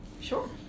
Sure